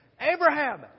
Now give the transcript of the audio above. Abraham